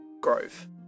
grove